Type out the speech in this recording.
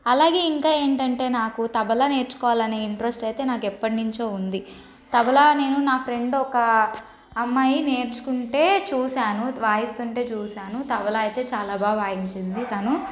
అలాగే ఇంకా ఏంటంటే నాకు తబలా నేర్చుకోవాలని ఇంట్రెస్ట్ అయితే నాకు ఎప్పటి నుంచో ఉంది తబలా నేను నా ఫ్రెండ్ ఒక అమ్మాయి నేర్చుకుంటే చూసాను వాయిస్తుంటే చూసాను తబలా అయితే చాలా బా వాయించింది తను